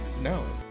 No